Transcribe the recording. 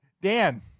Dan